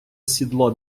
сідло